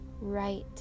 right